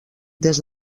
des